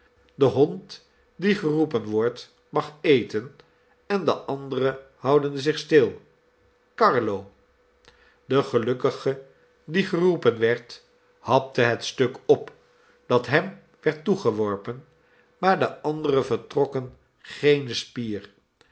de hond die geroepen wordt mag eten en de andere houden zich stil carlo de gelukkige die geroepen werd hapte het stuk op dat hem werd toegeworpen maar de andere vertrokken geene spier